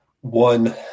one